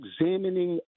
examining